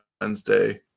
Wednesday